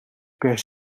per